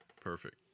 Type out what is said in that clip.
Perfect